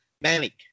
Manic